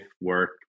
work